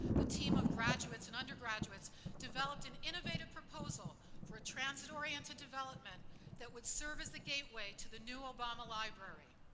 the team of graduates and undergraduates developed an innovative proposal for a transit-oriented development that would serve as the gateway to the new obama library.